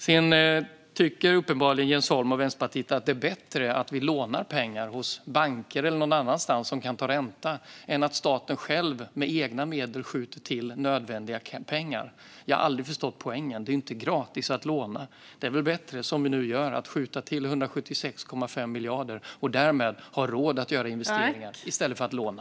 Jens Holm och Vänsterpartiet tycker uppenbarligen att det är bättre att vi lånar pengar hos banker eller andra som kan ta ränta än att staten med egna medel skjuter till nödvändiga pengar. Jag har aldrig förstått poängen. Det är ju inte gratis att låna. Det är väl bättre, som vi nu gör, att skjuta till 176,5 miljarder och därmed ha råd att göra investeringar i stället för att låna.